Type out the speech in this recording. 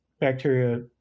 bacteria